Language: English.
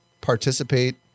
participate